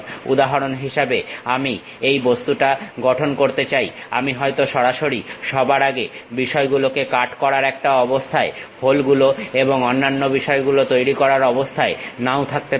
উদাহরণ হিসেবে আমি এই বস্তুটা গঠন করতে চাই আমি হয়তো সরাসরি সবার আগে বিষয়গুলোকে কাট করার একটা অবস্থায় হোলগুলো এবং অন্যান্য বিষয়গুলো তৈরি করার অবস্থায় নাও থাকতে পারি